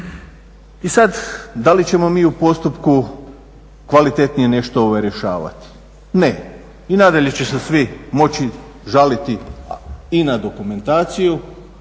I sad da li ćemo mi u postupku kvalitetnije nešto rješavati? Ne, i nadalje će se svi moći žaliti i na dokumentaciju